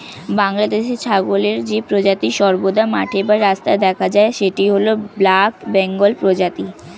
বাংলাদেশে ছাগলের যে প্রজাতি সর্বদা মাঠে বা রাস্তায় দেখা যায় সেটি হল ব্ল্যাক বেঙ্গল প্রজাতি